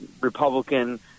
Republican